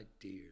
dear